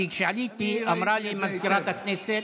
כי כשעליתי אמרה לי מזכירת הכנסת,